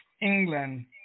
England